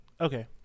Okay